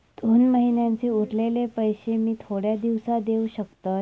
दोन महिन्यांचे उरलेले पैशे मी थोड्या दिवसा देव शकतय?